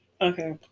Okay